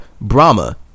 Brahma